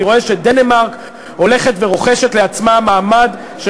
אני רואה שדנמרק הולכת ורוכשת לעצמה מעמד של